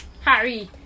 Harry